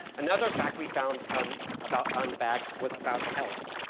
another fact we found um about on the bags was about health.